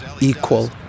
equal